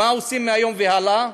מה עושים מהיום והלאה?